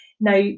Now